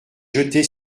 jeté